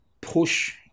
push